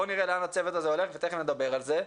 בואו נראה לאן הצוות הזה הולך ותכף נדבר על זה.